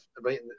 right